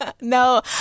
No